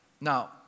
Now